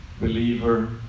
believer